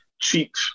cheap